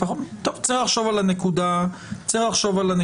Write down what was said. צריך לחשוב על הנקודה הזאת.